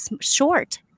short